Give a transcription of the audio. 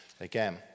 again